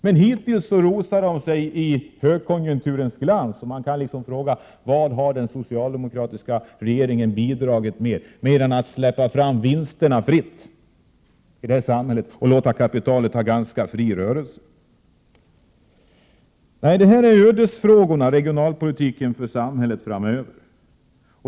Men hittills solar sig regeringen i högkonjunkturens glans. Med vad har den socialdemokratiska regeringen bidragit, mer än att den har släppt fram vinsterna och låtit kapitalet röra sig fritt i samhället? Det här är ödesfrågorna för regionalpolitiken framöver.